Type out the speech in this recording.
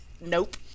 nope